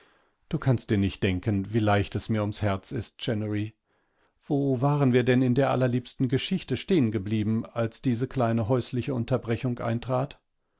du kannst dir nicht denken wie leicht es mir ums herz ist chennery wo waren wir denn in der allerliebsten geschichte stehen geblieben als diese kleine häusliche unterbrechung eintrat